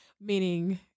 Meaning